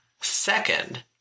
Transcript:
Second